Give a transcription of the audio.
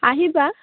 আহিবা